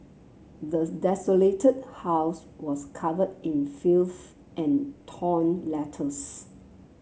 the desolated house was covered in filth and torn letters